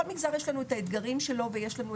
בכל מגזר יש לנו את האתגרים שלו ויש את